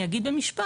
אני אגיד במשפט.